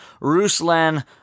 Ruslan